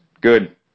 good